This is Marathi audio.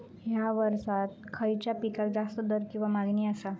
हया वर्सात खइच्या पिकाक जास्त दर किंवा मागणी आसा?